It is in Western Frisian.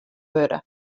wurde